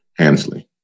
Hansley